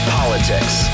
politics